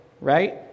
right